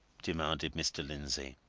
demanded mr. lindsey.